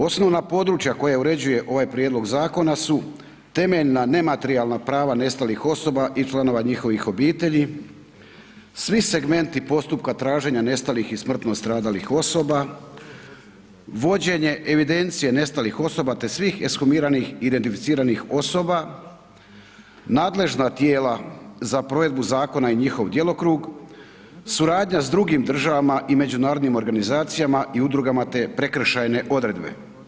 Osnovna područja koja uređuje ovaj prijedlog zakona su temeljna nematerijalna prava nestalih osoba i članova njihovih obitelji, svi segmenti postupka traženja nestalih i smrtno stradalih osoba, vođenje evidencije nestalih osoba te svih ekshumiranih i identificiranih osoba, nadležna tijela za provedbu zakona i njihov djelokrug, suradnja s drugim državama i međunarodnim organizacijama i udrugama te prekršajne odredbe.